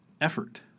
effort